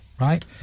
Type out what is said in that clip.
right